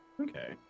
Okay